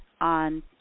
on